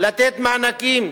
לתת מענקים,